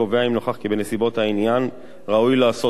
אם נוכח כי בנסיבות העניין ראוי לעשות כן.